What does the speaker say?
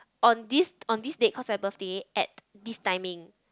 on this on this date cause my birthday at this timing